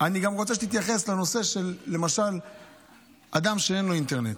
אני גם רוצה שתתייחס למשל לנושא של אדם שאין לו אינטרנט,